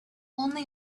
only